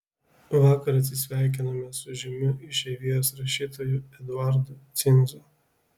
vakar atsisveikinome su žymiu išeivijos rašytoju eduardu cinzu